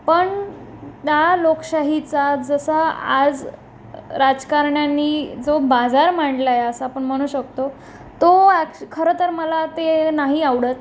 पण त्या लोकशाहीचा जसा आज राजकारण्यांनी जो बाजार मांडला आहे असं आपण म्हणू शकतो तो ॲक खरंतर मला ते नाही आवडत